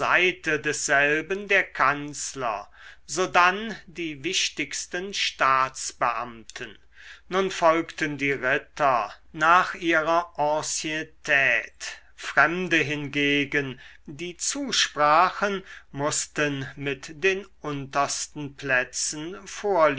desselben der kanzler sodann die wichtigsten staatsbeamten nun folgten die ritter nach ihrer anciennetät fremde hingegen die zusprachen mußten mit den untersten plätzen